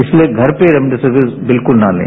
इसलिए घर पर रेमदेसियिर बिल्कुल न तें